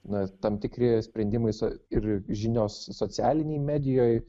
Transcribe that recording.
na tam tikrieji sprendimai ir žinios socialinėj medijoj